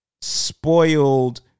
spoiled